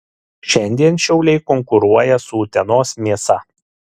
šiandien šiauliai konkuruoja su utenos mėsa